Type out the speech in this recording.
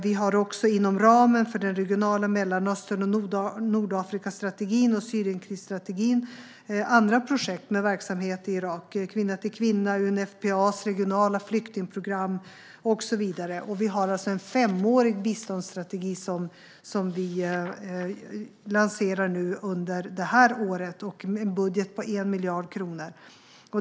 Vi har också inom ramen för den regionala Mellanöstern och Nordafrikastrategin och Syrienkrisstrategin andra projekt med verksamhet i Irak: Kvinna till kvinna, UNFPA:s regionala flyktingprogram och så vidare. Vi har alltså en femårig biståndsstrategi som vi lanserar under detta år med en budget på 1 miljard kronor.